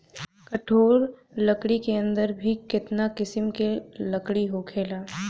कठोर लकड़ी के अंदर भी केतना किसिम के लकड़ी होखेला